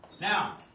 Now